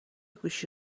گوشی